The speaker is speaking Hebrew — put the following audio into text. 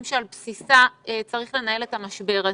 שעל בסיסה צריך לנהל את המשבר הזה.